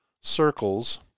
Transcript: Circles